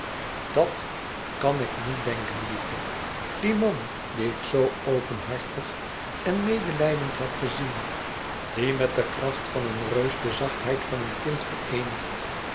dat kan ik niet denken lieve die man dien ik zoo openhartig en medelijdend heb gezien die met de kracht van een reus de zachtheid van een kind